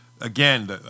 Again